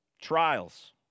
trials